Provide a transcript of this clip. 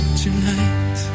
tonight